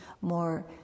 more